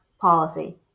policy